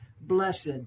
blessed